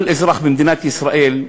כל אזרח במדינת ישראל,